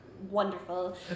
wonderful